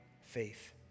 faith